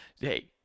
Hey